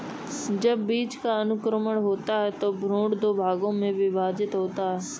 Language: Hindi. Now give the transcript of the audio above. जब बीज का अंकुरण होता है तो भ्रूण दो भागों में विभक्त हो जाता है